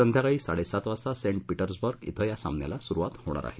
संध्याकाळी साडेसात वाजता सेंट पिटर्सबर्ग थिं या सामन्याला सुरूवात होईल